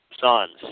sons